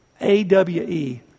A-W-E